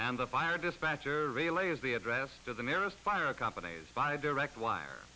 and the fire dispatcher relay as the address to the nearest fire company is by direct wire